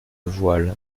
voile